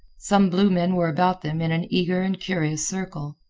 some blue men were about them in an eager and curious circle.